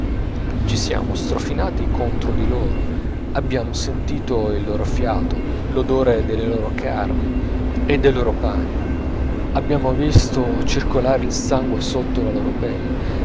ci siamo strofinati contro di loro abbiamo sentito il loro fiato l'odore delle loro carni e dei loro panni abbiamo visto circolare il sangue sotto la loro pelle